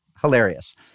hilarious